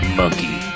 monkey